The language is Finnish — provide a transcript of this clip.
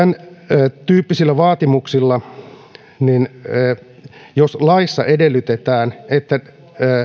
tämäntyyppisillä vaatimuksilla jos laissa edellytetään että